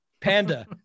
Panda